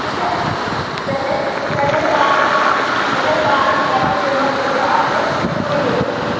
ژےٚ چھے پانَس ژےٚ چھے پانَس خبر سیٖمٹھ کُس چھُ اَصٕل سُے دِ تہٕ مےٚ